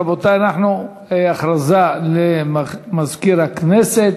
רבותי, הכרזה למזכיר הכנסת,